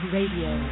Radio